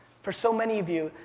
for so many of you,